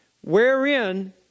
Wherein